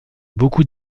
beaucoup